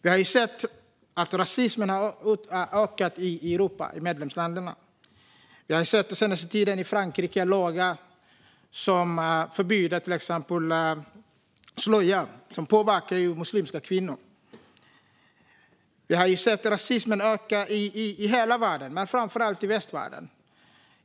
Vi har sett att rasismen har ökat i Europa, i medlemsländerna. I Frankrike har vi den senaste tiden sett lagar som förbjuder till exempel slöja, som påverkar muslimska kvinnor. Vi har sett rasismen öka i hela världen, men framför allt i västvärlden.